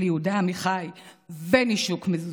של יהודה עמיחי ונישוק מזוזות,